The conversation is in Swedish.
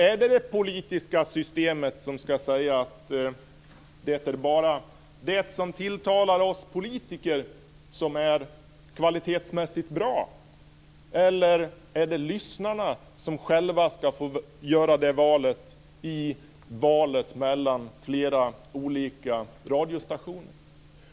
Är det det politiska systemet som ska säga att det bara är det som tilltalar oss politiker som är kvalitetsmässigt bra? Eller är det lyssnarna som själva ska få välja radiostation?